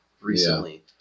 recently